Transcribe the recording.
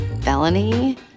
felony